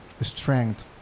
strength